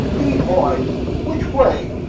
lead, boy which way?